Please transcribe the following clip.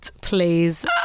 please